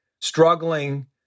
struggling